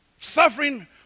Suffering